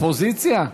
לאופוזיציה,